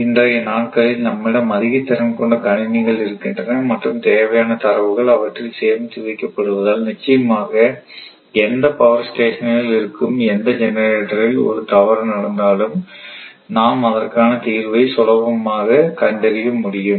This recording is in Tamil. இன்றைய நாட்களில் நம்மிடம் அதிக திறன் கொண்ட கணினிகள் இருக்கின்றன மற்றும் தேவையான தரவுகள் அவற்றில் சேமித்து வைக்கப்படுவதால் நிச்சயமாக எந்த பவர் ஸ்டேஷன் ல் இருக்கும் எந்த ஜெனரேட்டரில் ஒரு தவறு நடந்தாலும் நாம் அதற்கான தீர்வை சுலபமாக கண்டறிய முடியும்